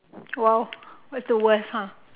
!wow! that's the worst !huh!